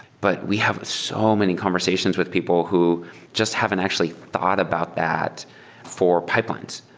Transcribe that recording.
but we have so many conversations with people who just haven't actually thought about that for pipelines.